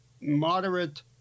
moderate